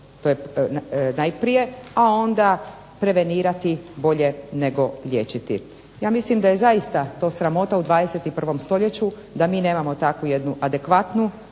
to je najprije, a onda prevenirati bolje nego liječiti. Ja mislim da je zaista to sramota u 21. stoljeću da mi nemamo takvu jednu adekvatnu,